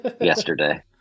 yesterday